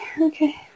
Okay